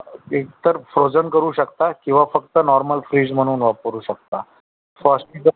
एकतर फ्रोजन करू शकता किंवा फक्त नॉर्मल फ्रिज म्हणून वापरू शकता